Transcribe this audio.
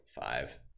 five